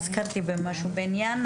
בעניין